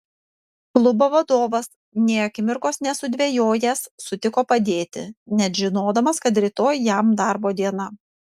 klubo vadovas nė akimirkos nesudvejojęs sutiko padėti net žinodamas kad rytoj jam darbo diena